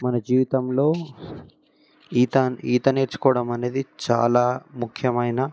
మన జీవితంలో ఈత ఈత నేర్చుకోవడం అనేది చాలా ముఖ్యమైన